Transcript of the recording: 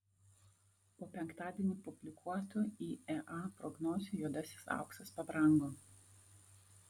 po penktadienį publikuotų iea prognozių juodasis auksas pabrango